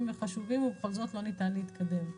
וחשובים ובכל זאת לא ניתן להתקדם.